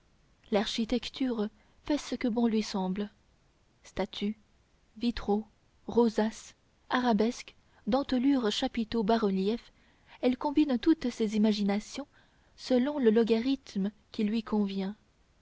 l'architecture fait ce que bon lui semble statues vitraux rosaces arabesques dentelures chapiteaux bas-reliefs elle combine toutes ces imaginations selon le logarithme qui lui convient